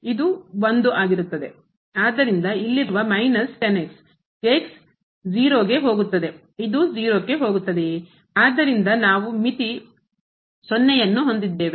ಆದ್ದರಿಂದ ನಾವು ಮಿತಿ 0 ಯನ್ನು ಹೊಂದಿದ್ದೇವೆ